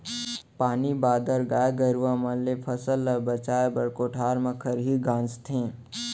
पानी बादर, गाय गरूवा मन ले फसल ल बचाए बर कोठार म खरही गांजथें